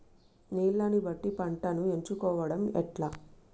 నీళ్లని బట్టి పంటను ఎంచుకోవడం ఎట్లా?